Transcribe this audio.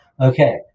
Okay